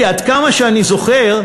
כי עד כמה שאני זוכר,